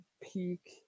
peak